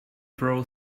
pro